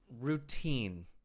routine